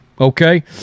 Okay